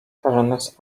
turns